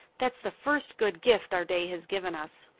that's the first good gift our day has given us.